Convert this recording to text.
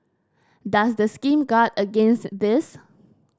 does the scheme guard against this